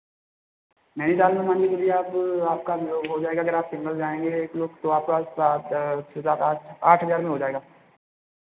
नैनीताल में मान लीजिए अभी आप आपका हो जायेगा अगर आप सिंगल जाएंगे एक लोग तो आपका सात छः सात आठ आठ हज़ार में हो जाएगा